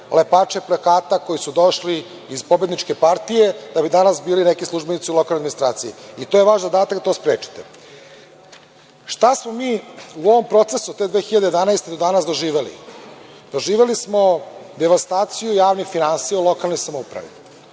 lepače plakata koji su došli iz pobedničke partije da bi danas bili neki službenici u lokalnoj administraciji. I vaš je zadatak da to sprečite. Šta smo mi u ovom procesu te 2011. godine do danas doživeli? Doživeli smo devastaciju javnih finansija u lokalnoj samoupravi.